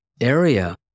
area